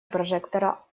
прожектора